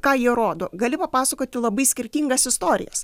ką jie rodo galima pasakoti labai skirtingas istorijas